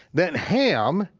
then ham,